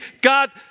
God